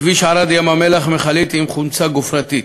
כביש ערד ים-המלח, מכלית עם חומצה גופרתית,